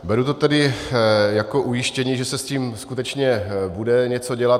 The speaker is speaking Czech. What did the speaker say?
Beru to tedy jako ujištění, že se s tím skutečně bude něco dělat.